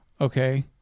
okay